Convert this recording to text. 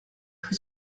who